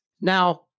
Now